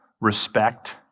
Respect